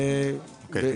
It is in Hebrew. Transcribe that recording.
בבקשה.